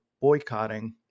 boycotting